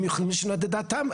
הם יכולים לשנות את דעתם,